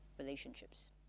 relationships